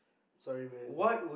sorry man